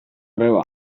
greba